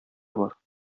бар